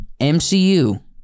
MCU